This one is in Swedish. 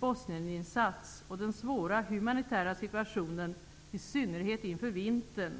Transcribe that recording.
Bosnieninsats och den svåra humanitära situationen, i synnerhet inför vintern,